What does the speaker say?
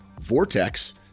Vortex